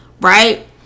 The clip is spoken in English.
right